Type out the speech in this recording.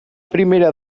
primera